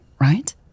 right